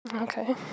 Okay